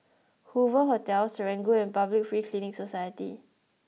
Hoover Hotel Serangoon and Public Free Clinic Society